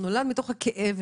מתוך הכאב,